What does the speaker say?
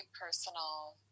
personal